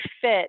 fit